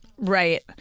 Right